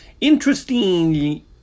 Interestingly